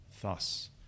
Thus